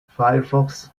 firefox